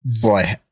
boy